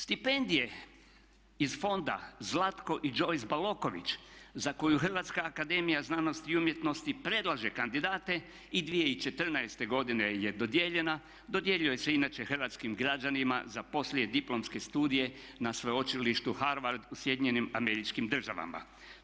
Stipendije iz Fonda Zlatko i Joyce Baloković za koju Hrvatska akademija znanosti i umjetnosti predlože kandidate i 2014.godine je dodijeljena dodjeljuje se inače hrvatskim građanima za poslijediplomske studije na Sveučilište Harvard u SAD-u.